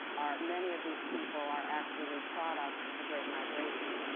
are many of these people are actually products of the great migration.